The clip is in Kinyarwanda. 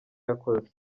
yakoze